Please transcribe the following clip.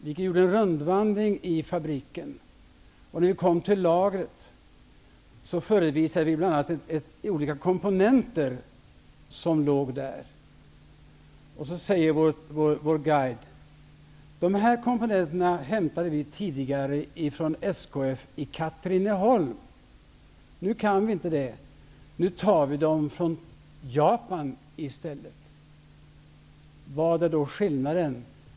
Vi gjorde en rundvandring i fabriken, och när vi kom till lagret förevisades vi bl.a. olika komponenter som låg där. Vår guide sade till oss: De här komponenterna hämtade vi tidigare från SKF i Katrineholm. Nu kan vi inte göra det. Nu tar vi dem från Japan i stället. Var märks då skillnaden?